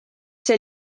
see